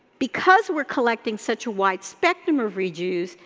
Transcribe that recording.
because we're collecting such a wide spectrum of reviews,